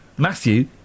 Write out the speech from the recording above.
Matthew